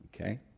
Okay